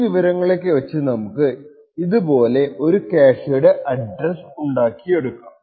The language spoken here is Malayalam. ഈ വിവരങ്ങളൊക്കെ വച്ച് നമുക്ക് ഇതുപോലെ ഒരു ക്യാഷെയുടെ അഡ്രസ്സ് ഉണ്ടാക്കിയെടുക്കാം